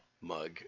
mug